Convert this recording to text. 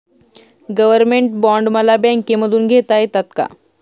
Government bond मला बँकेमधून घेता येतात का?